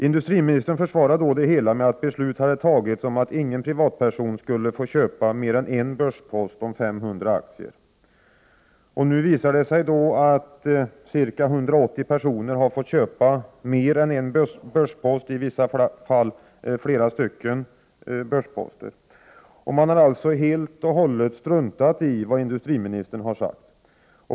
Industriministern försvarade då det hela med att beslut hade fattats om att inga privatpersoner skulle få köpa mer än en börspost om 500 aktier. Nu visar det sig att ca 180 personer har fått köpa mer än en börspost, i vissa fall flera stycken. Man har alltså helt och hållet struntat i vad industriministern har sagt.